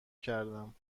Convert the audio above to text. کردم